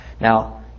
Now